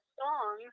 song